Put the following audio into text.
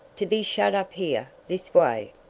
to be shut up here this way.